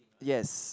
yes